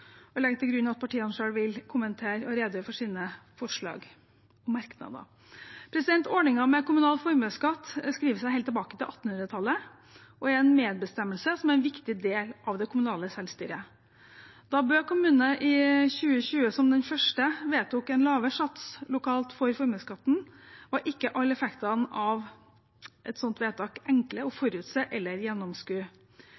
legger til grunn at partiene selv vil kommentere og redegjøre for sine forslag og merknader. Ordningen med kommunal formuesskatt skriver seg helt tilbake til 1800-tallet og er en medbestemmelse som er en viktig del av det kommunale selvstyret. Da Bø kommune i 2020, som den første, vedtok en lavere sats lokalt for formuesskatten, var ikke alle effektene av et slikt vedtak enkle å